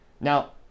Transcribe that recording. Now